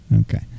Okay